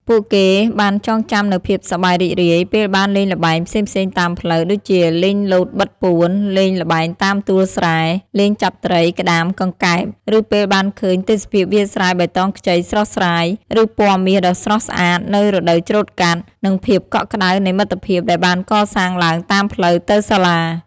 ពួកគេបានចងចាំនូវភាពសប្បាយរីករាយពេលបានលេងល្បែងផ្សេងៗតាមផ្លូវ ដូចជាលេងលោតបិទពួន លេងល្បែងតាមទួលស្រែ លេងចាប់ត្រី ក្តាម កង្កែប ឬពេលបានឃើញទេសភាពវាលស្រែបៃតងខ្ចីស្រស់ស្រាយ ឬពណ៌មាសដ៏ស្រស់ស្អាតនៅរដូវច្រូតកាត់ និងភាពកក់ក្តៅនៃមិត្តភាពដែលបានកសាងឡើងតាមផ្លូវទៅសាលា។